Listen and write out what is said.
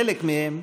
חלק מהם,